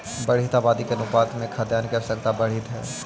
बढ़ीत आबादी के अनुपात में खाद्यान्न के आवश्यकता बढ़ीत हई